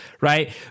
right